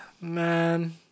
Man